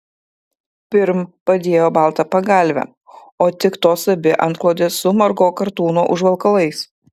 pirm padėjo baltą pagalvę o tik tos abi antklodes su margo kartūno užvalkalais